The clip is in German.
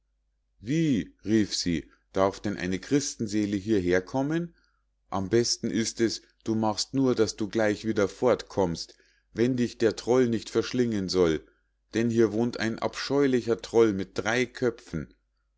wie rief sie darf denn eine christenseele hieher kommen aber am besten ist es du machst nur daß du gleich wieder fortkommst wenn dich der troll nicht verschlingen soll denn hier wohnt ein abscheulicher troll mit drei köpfen